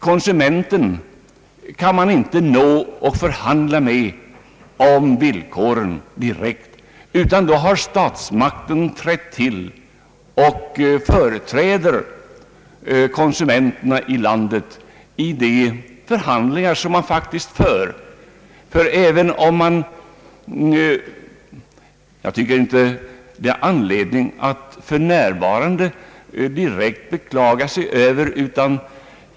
Konsumenten kan man inte nå och förhandla med direkt beträffande villkoren. I stället har statsmakten trätt till och företräder konsumenterna i landet vid de förhandlingar som faktiskt förs. Jag tycker i och för sig inte att det är anledning att beklaga sig över detta.